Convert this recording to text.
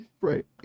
right